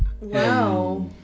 wow